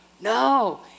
No